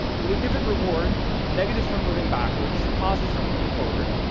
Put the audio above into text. but we give it reward negative for moving backwards, positive for moving forward.